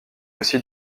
aussi